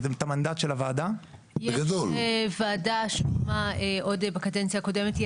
יש וועדה שהוקמה עוד בקדנציה הקודמת.